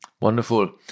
Wonderful